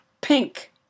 pink